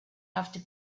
after